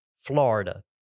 Florida